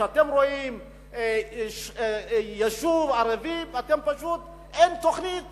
כשאתם רואים יישוב ערבי, אין תוכנית